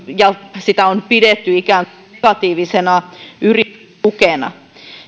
ja sitä on pidetty ikään kuin negatiivisena yritystukena